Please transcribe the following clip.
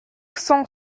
cent